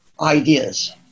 ideas